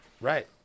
Right